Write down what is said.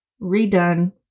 redone